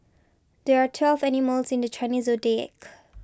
there are twelve animals in the Chinese zodiac